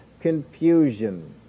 confusion